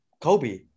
Kobe